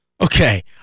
Okay